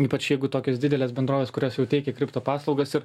ypač jeigu tokios didelės bendrovės kurios jau teikia kripto paslaugas ir